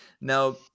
Now